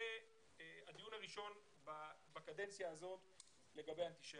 זה הדיון הראשון בקדנציה הזאת על האנטישמיות.